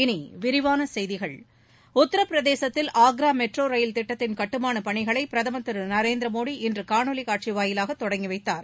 இனி விரிவான செய்திகள் உத்திரபிரதேசத்தில் ஆக்ரா மெட்ரோயில் திட்டத்தின் கட்டுமானப் பணிஎகளை பிரதம் திரு நரேந்திரமோடி இன்று காணொலி காட்சி வாயிலாக தொடங்கி வைத்தார்